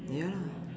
ya